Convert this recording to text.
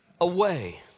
away